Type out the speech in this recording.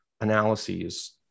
analyses